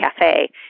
cafe